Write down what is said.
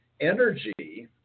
energy